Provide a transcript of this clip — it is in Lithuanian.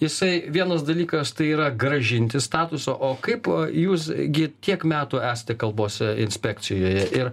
jisai vienas dalykas tai yra grąžinti statusą o kaip jūs gi tiek metų esate kalbos inspekcijoje ir